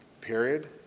period